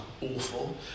awful